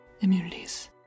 Immunities